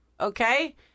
okay